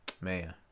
man